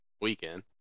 weekend